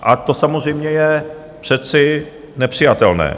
A to samozřejmě je přece nepřijatelné.